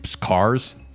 cars